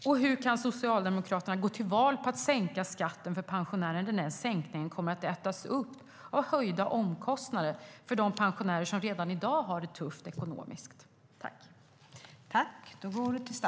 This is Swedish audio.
Och hur kan Socialdemokraterna gå till val på att sänka skatten för pensionärer när den sänkningen kommer att ätas upp av höjda omkostnader för de pensionärer som redan i dag har det ekonomiskt tufft?